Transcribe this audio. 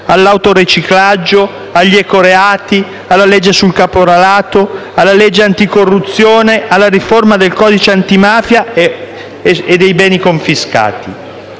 sull'autoriciclaggio, a quelle sugli ecoreati, alla legge sul caporalato, alla legge anticorruzione, alla riforma del codice antimafia e dei beni confiscati.